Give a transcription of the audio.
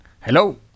Hello